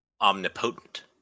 omnipotent